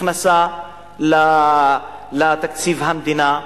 הכנסה לתקציב המדינה,